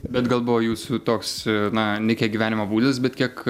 bet gal buvo jūsų toks na ne kiek gyvenimo būdis bet kiek